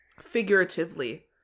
Figuratively